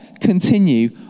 continue